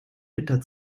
winter